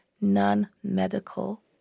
non-medical